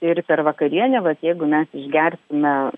ir per vakarienę vat jeigu mes išgersime